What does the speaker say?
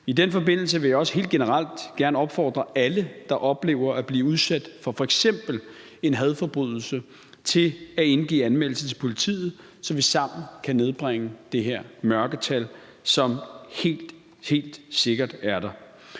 I den forbindelse vil jeg også helt generelt gerne opfordre alle, der oplever at blive udsat for f.eks. en hadforbrydelse, til at indgive anmeldelse til politiet, så vi sammen kan nedbringe det her mørketal, som helt, helt sikkert er der.